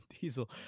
Diesel